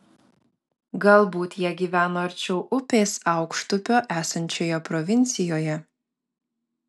galbūt jie gyveno arčiau upės aukštupio esančioje provincijoje